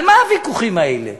על מה הוויכוחים האלה?